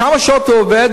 כמה שעות הוא עובד.